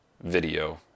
video